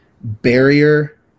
barrier